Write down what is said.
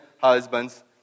husbands